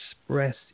express